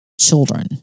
children